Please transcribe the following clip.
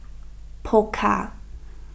Pokka